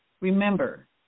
Remember